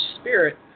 spirit